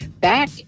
Back